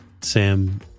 Sam